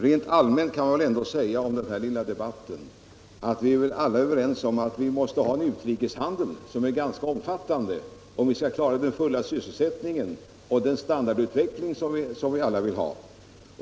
Rent allmänt kan man väl ändå säga om den här lilla debatten att vi alla är överens om att vi måste ha en utrikeshandel som är ganska . omfattande, om vi skall klara den fulla sysselsättningen och den standardutveckling som vi alla vill ha.